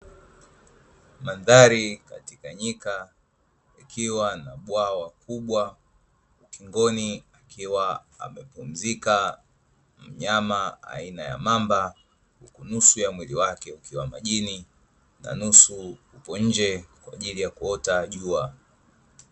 Mandhari katika nyika, ikiwa na bwawa kubwa ukingoni, akiwa amepumzika mnyama aina ya mamba nusu ya mwili wake ukiwa majini na nusu upo nje kwa ajili ya kuota jua.